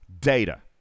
Data